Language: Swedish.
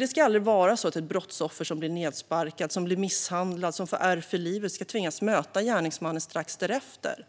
Det ska aldrig vara så att ett brottsoffer som blir nedsparkat, som blir misshandlat och som får ärr för livet ska tvingas möta gärningsmannen strax därefter.